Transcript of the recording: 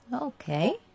Okay